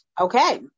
Okay